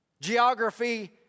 Geography